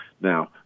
Now